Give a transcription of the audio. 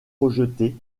rejetées